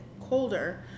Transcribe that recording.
colder